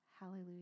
Hallelujah